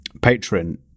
patron